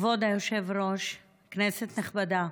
כבוד היושב-ראש, כנסת נכבדה,